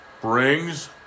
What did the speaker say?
brings